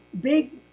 big